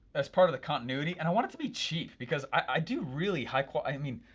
that's part of the continuity, and i want it to be cheap, because i do really high quality, i mean,